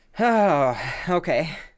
Okay